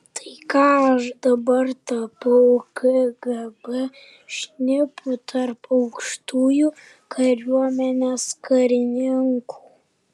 tai ką aš dabar tapau kgb šnipu tarp aukštųjų kariuomenės karininkų